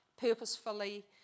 purposefully